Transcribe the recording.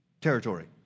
territory